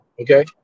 okay